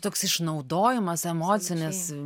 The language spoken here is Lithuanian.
toks išnaudojimas emocinis